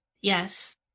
Yes